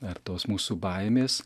ar tos mūsų baimės